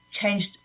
changed